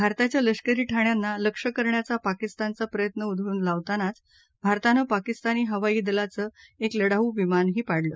भारताच्या लष्करी ठाण्याना लक्ष्य करण्याचा पाकिस्तानचा प्रयत्न उधळून लावतानाचं भारतानं पाकिस्तानी हवाई दलाचं एक लढाऊ विमानही पाडलं